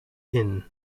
inn